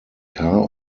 car